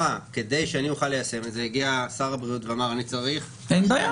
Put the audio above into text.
הגיע שר הבריאות ואמר שכדי שאפשר יהיה ליישם את זה הוא צריך 1,